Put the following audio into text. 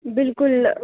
بِلکُل